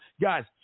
Guys